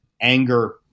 anger